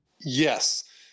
Yes